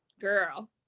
girl